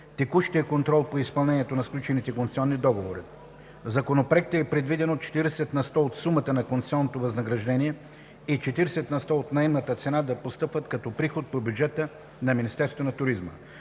текущия контрол по изпълнението на сключените концесионни договори. В Законопроекта е предвидено четиридесет на сто от сумата на концесионното възнаграждение и четиридесет на сто от наемната цена да постъпват като приход по бюджета на Министерството на туризма.